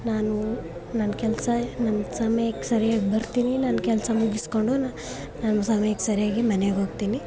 ನಾನು ನನ್ನ ಕೆಲಸ ನನ್ನ ಸಮಯಕ್ ಸರಿಯಾಗ್ ಬರ್ತೀನಿ ನನ್ನ ಕೆಲಸ ಮುಗಿಸಿಕೊಂಡು ನಾನು ಸಮಯಕ್ಕೆ ಸರಿಯಾಗಿ ಮನೆಗೆ ಹೋಗ್ತೀನಿ